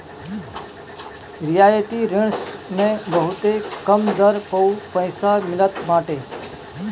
रियायती ऋण मे बहुते कम दर पअ पईसा मिलत बाटे